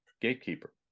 gatekeeper